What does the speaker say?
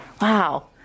wow